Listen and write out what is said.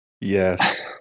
Yes